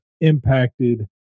impacted